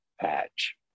patch